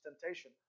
temptation